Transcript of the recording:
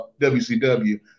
wcw